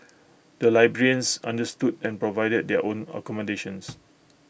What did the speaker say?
the librarians understood and provided their own accommodations